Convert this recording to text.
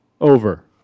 over